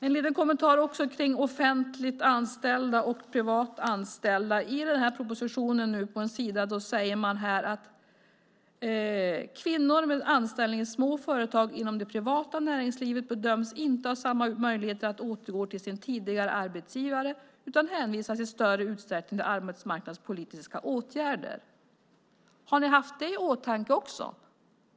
Jag ska också göra en liten kommentar om offentligt anställda och privat anställda. I denna proposition säger man: Kvinnor med anställning i små företag inom det privata näringslivet bedöms inte ha samma möjligheter att återgå till sin tidigare arbetsgivare utan hänvisas i större utsträckning till arbetsmarknadspolitiska åtgärder. Har ni haft det i åtanke också?